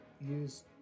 use